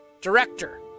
director